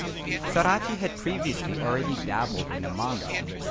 sorachi had previously already dabbled in the manga scene,